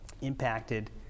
impacted